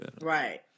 Right